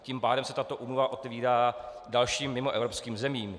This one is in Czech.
Tím pádem se tato úmluva otevírá dalším mimoevropským zemím.